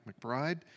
McBride